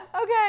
okay